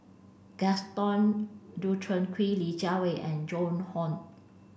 Gaston Dutronquoy Li Jiawei and Joan Hon